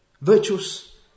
virtuous